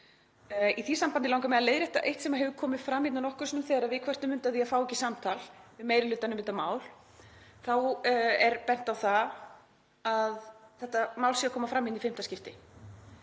Í því sambandi langar mig að leiðrétta eitt sem hefur komið fram hérna nokkrum sinnum þegar við kvörtum undan því að fá ekki samtal við meiri hlutann um þetta mál. Þá er bent á það að þetta mál sé að koma fram í fimmta skipti.